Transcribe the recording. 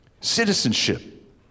citizenship